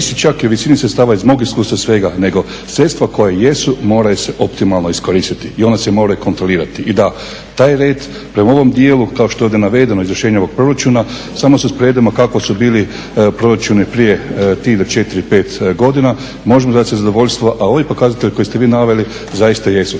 a ovi pokazatelji koje ste vi naveli zaista jesu